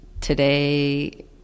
today